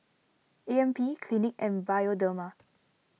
A M P Clinique and Bioderma